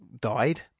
died